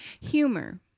Humor